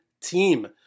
team